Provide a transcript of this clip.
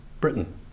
Britain